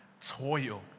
toil